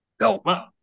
Go